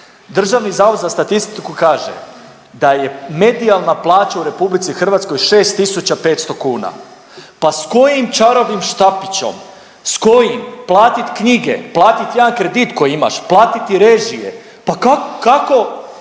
Državni zavod za statistiku kaže da je medijalna plaća u RH 6.500 kuna, pa s kojim čarobnim štapićom, s kojim platit knjige, platit jedan kredit koji imaš, platiti režije, pa kako,